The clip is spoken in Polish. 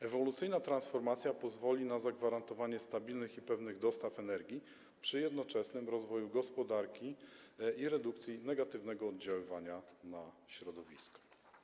Ewolucyjna transformacja pozwoli na zagwarantowanie stabilnych i pewnych dostaw energii przy jednoczesnym rozwoju gospodarki i redukcji negatywnego oddziaływania na środowisko.